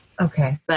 Okay